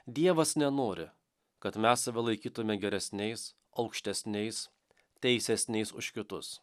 dievas nenori kad mes save laikytume geresniais aukštesniais teisesniais už kitus